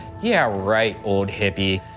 yeah right, old hippie.